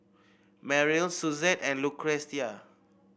Merrill Suzette and Lucretia